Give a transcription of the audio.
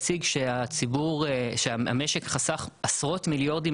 משרד האנרגיה הציג שהמשק חסך עשרות מיליארדים